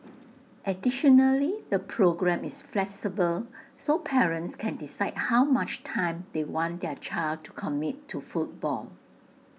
additionally the programme is flexible so parents can decide how much time they want their child to commit to football